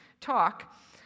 talk